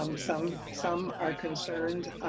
um some some are concerned,